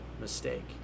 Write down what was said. mistake